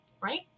right